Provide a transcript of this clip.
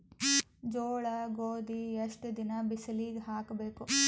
ಜೋಳ ಗೋಧಿ ಎಷ್ಟ ದಿನ ಬಿಸಿಲಿಗೆ ಹಾಕ್ಬೇಕು?